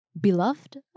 beloved